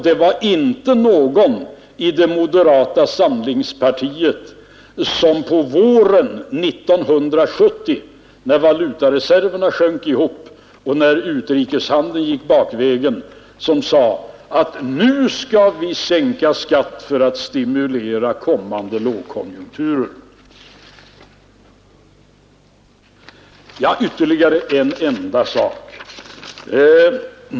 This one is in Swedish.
Det var inte någon i moderata samlingspartiet som på våren 1970 när valutareserverna sjönk ihop och utrikeshandeln gick baklänges, som sade att nu skall vi sänka skatten för att stimulera kommande lågkonjunkturer. Ytterligare en enda sak.